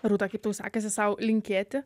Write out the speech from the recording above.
rūta kaip tau sakasi sau linkėti